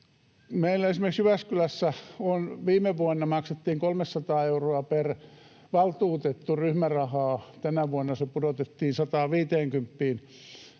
Meillä esimerkiksi Jyväskylässä viime vuonna maksettiin 300 euroa per valtuutettu ryhmärahaa, tänä vuonna se pudotettiin